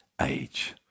age